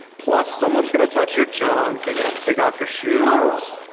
plus someone's going to touch your junk and you have to take off your shoes.